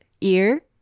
ear